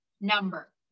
number